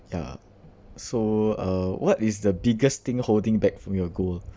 ya so uh what is the biggest thing holding back from your goal